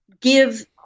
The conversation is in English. give